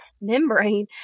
membrane